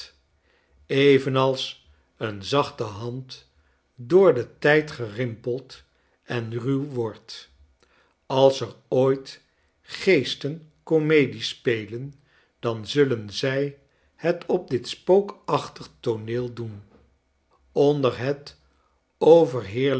evenals een zachte hand door den ujd gerimpeld en ruw wordt als er ooit geesten comedie spelen dan zullen zij het op dit spookachtig tooneel doen onder het overheerlijkste